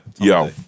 Yo